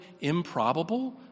improbable